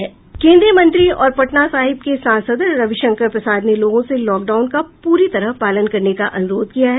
केन्द्रीय मंत्री और पटना साहिब के सांसद रविशंकर प्रसाद ने लोगों से लॉकडाउन का पूरी तरह पालन करने का अनुरोध किया है